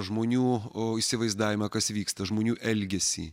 žmonių o įsivaizdavimą kas vyksta žmonių elgesį